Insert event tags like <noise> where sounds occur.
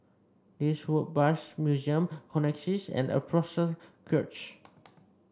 this Woodbridge Museum Connexis and <unintelligible>